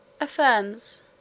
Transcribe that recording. affirms